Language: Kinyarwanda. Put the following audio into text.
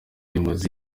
imaze